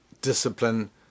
discipline